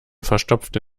verstopfte